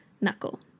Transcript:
knuckle